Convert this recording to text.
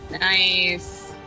Nice